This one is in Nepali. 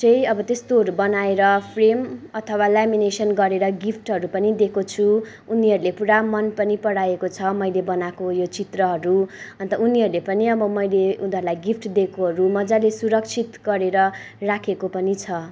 चाहिँ अब त्यस्तोहरू बनाएर फ्रेम अथवा लेमिनेसन गरेर गिफ्टहरू पनि दिएको छु उनीहरूले पुरा मन पनि पराएको छ मैले बनाएको यो चित्रहरू अन्त उनीहरूले पनि अब मैले उनीहरूलाई गिफ्ट दिएकोहरू मजाले सुरक्षित गरेर राखेको पनि छ